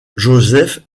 joseph